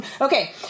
Okay